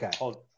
Okay